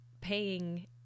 paying